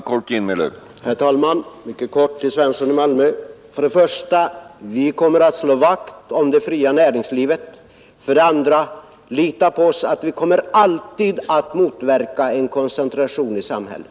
Herr talman! Mycket kort till herr Svensson i Malmö. För det första: Vi kommer att slå vakt om det fria näringslivet. För det andra: Lita på oss, vi kommer alltid att motverka en koncentration i samhället.